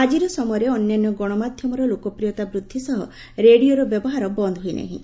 ଆକିର ସମୟରେ ଅନ୍ୟାନ୍ୟ ଗଣମାଧ୍ଧମର ଲୋକପ୍ରିୟତା ବୃକ୍କି ସହ ରେଡିଓର ବ୍ୟବହାର ବନ୍ଦ ହୋଇନାହିଁ